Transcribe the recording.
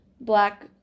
black